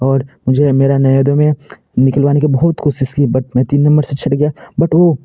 और मेरा नवोदय में निकलवाने की बहुत कोशिश की बट मैं तीन नम्बर से छट गया बट वो